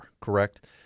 correct